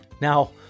Now